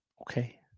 Okay